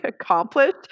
accomplished